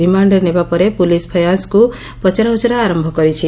ରିମାଣ୍ଡରେ ନେବାପରେ ପୁଲିସ ଫୟାଜଙ୍ଙୁ ପଚରାଉଚରା ଆର କରିଛି